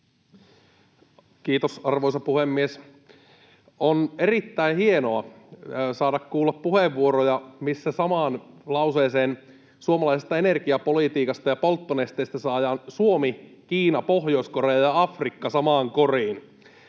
Kiitos, arvoisa puhemies! On erittäin hienoa saada kuulla puheenvuoroja, missä samaan lauseeseen suomalaisesta energiapolitiikasta ja polttonesteistä saadaan Suomi, Kiina, Pohjois-Korea ja Afrikka samaan koriin.